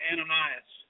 Ananias